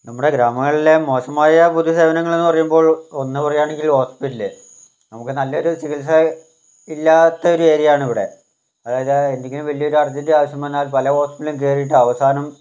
നമ്മുടെ ഗ്രാമങ്ങളിലെ മോശമായ ഒരു സേവനങ്ങൾ എന്നു പറയുമ്പോൾ ഒന്ന് പറയുകയാണെങ്കിൽ ഹോസ്പിറ്റൽ നമുക്ക് നല്ലൊരു ചികിത്സ ഇല്ലാത്ത ഒരു ഏരിയ ആണിവിടെ അതായത് എന്തെങ്കിലും വലിയ ഒരു അർജന്റ് അവശ്യം വന്നാൽ പല ഹോസ്പിറ്റലും കയറിയിട്ട് അവസാനം